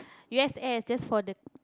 u_s_s just for the